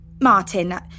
Martin